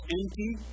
empty